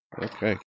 Okay